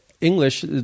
English